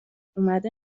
اومده